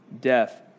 death